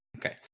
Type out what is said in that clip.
Okay